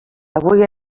avui